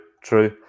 true